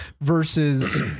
versus